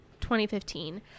2015